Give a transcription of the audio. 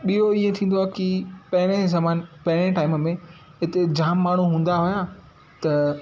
ॿियो इहा थींदो आहे की पहिरें जे ज़माने पहिरें जे टाइम में हिते जाम माण्हू हूंदा हुआ त